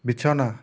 বিছনা